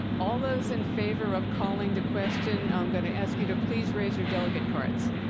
all those in favor of calling the question, i'm going to ask you to please raise your delegate cards.